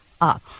up